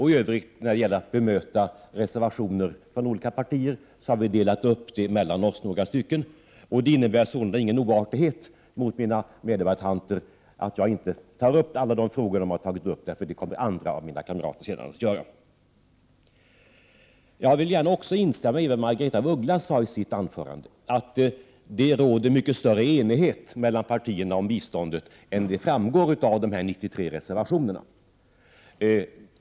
I övrigt, när det gäller att bemöta reservationerna från olika partier, har vi gjort en arbetsfördelning inom utskottsgruppen så att vi har delat upp dem mellan oss. Det är sålunda ingen oartighet mot mina meddebattanter att jag inte berör alla de frågor som vi har tagit upp, för det kommer andra av mina kamrater senare att göra. Jag vill gärna instämma i vad Margaretha af Ugglas sade i sitt anförande om att det råder mycket större enighet mellan partierna om biståndet än vad som framgår av de 93 reservationerna.